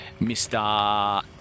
Mr